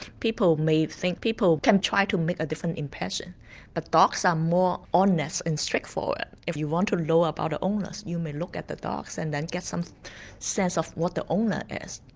people may think, people can try to make a different impression but dogs are more honest and straightforward. if you want to know about the owners you may look at the dogs and then get some sense of what the owner is.